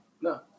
No